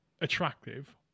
attractive